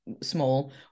small